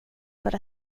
för